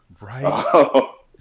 right